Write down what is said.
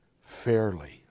fairly